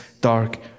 dark